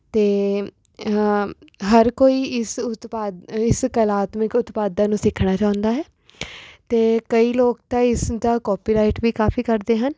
ਅਤੇ ਹਰ ਕੋਈ ਇਸ ਉਤਪਾਦ ਇਸ ਕਲਾਤਮਕ ਉਤਪਾਦਾਂ ਨੂੰ ਸਿੱਖਣਾ ਚਾਹੁੰਦਾ ਹੈ ਅਤੇ ਕਈ ਲੋਕ ਤਾਂ ਇਸਦਾ ਕੋਪੀਰਾਈਟ ਵੀ ਕਾਫੀ ਕਰਦੇ ਹਨ